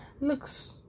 Looks